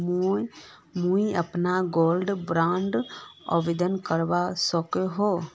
मुई अपना gold bond आवेदन करवा सकोहो ही?